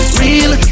real